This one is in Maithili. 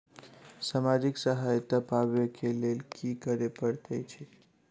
सामाजिक सहायता पाबै केँ लेल की करऽ पड़तै छी?